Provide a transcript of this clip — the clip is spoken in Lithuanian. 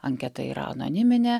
anketa yra anoniminė